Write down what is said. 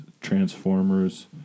Transformers